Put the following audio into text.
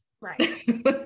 Right